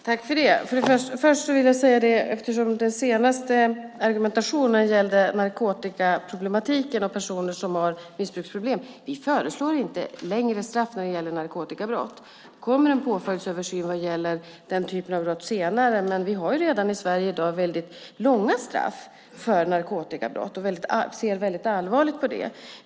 Herr talman! Eftersom den senaste argumentationen gällde narkotikaproblematiken och personer som har missbruksproblem vill jag börja med att säga att vi inte föreslår längre straff för narkotikabrott. Det kommer en påföljdsöversyn vad gäller den typen av brott senare. Men vi har redan i dag i Sverige väldigt långa straff för narkotikabrott, och vi ser väldigt allvarligt på det.